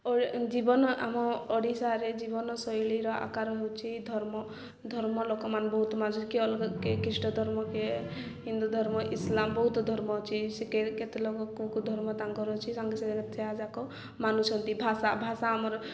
ଜୀବନ ଆମ ଓଡ଼ିଶାରେ ଜୀବନ ଶୈଳୀର ଆକାର ହେଉଛିି ଧର୍ମ ଧର୍ମ ଲୋକମାନେ ବହୁତ କିଏ ଖ୍ରୀଷ୍ଟ ଧର୍ମ କିଏ ହିନ୍ଦୁ ଧର୍ମ ଇସଲାମ ବହୁତ ଧର୍ମ ଅଛି କେତେ ଲୋକ କୋଉ କୋଉ ଧର୍ମ ତାଙ୍କର ଅଛି ସାଙ୍ଗେ ସାଙ୍ଗେ ସେଯାକ ମାନୁଛନ୍ତି ଭାଷା ଭାଷା ଆମର